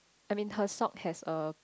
I mean her sock has a